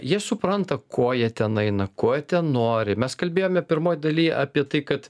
jie supranta ko jie ten eina ko jie ten nori mes kalbėjome pirmoj daly apie tai kad